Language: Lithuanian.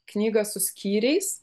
knygą su skyriais